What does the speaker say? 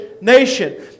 nation